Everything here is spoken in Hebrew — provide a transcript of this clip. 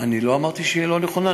אני לא אמרתי שהיא לא נכונה,